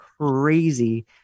crazy